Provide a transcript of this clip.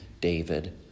David